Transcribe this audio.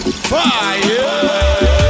Fire